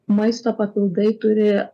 maisto papildai turi